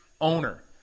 owner